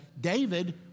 david